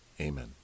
Amen